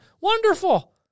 Wonderful